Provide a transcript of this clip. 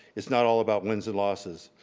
it's not all about wins and losses.